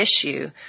issue